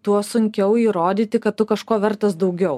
tuo sunkiau įrodyti kad tu kažko vertas daugiau